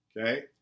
Okay